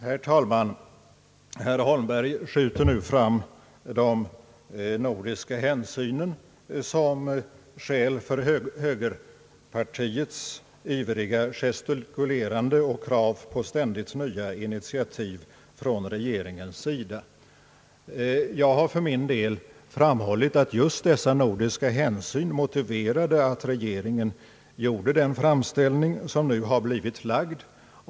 Herr talman! Herr Holmberg skjuter nu fram de nordiska hänsynen som skäl för högerpartiets ivriga gestikulerande och krav på ständigt nya initiativ från regeringens sida. Jag har för min del framhållit, att just dessa nordiska hänsyn motiverade att regeringen gjorde den framställning som nu blivit lagd.